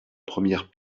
première